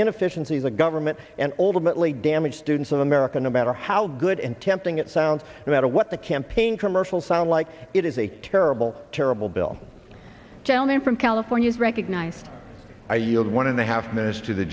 inefficiency the government and ultimately damage students of america no matter how good and tempting it sounds about what the campaign commercials sound like it is a terrible terrible bill down in from california is recognized i yield one and a half minutes to the